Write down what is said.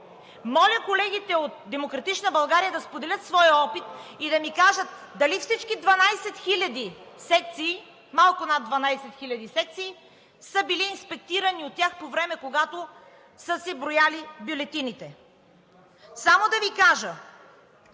Моля, колегите от „Демократична България“ да споделят своя опит и да ни кажат дали всички 12 хиляди секции – малко над 12 хиляди секции, са били инспектирани от тях по време, когато са се брояли бюлетините. Само да Ви кажа,